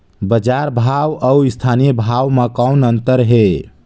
बजार भाव अउ स्थानीय भाव म कौन अन्तर हे?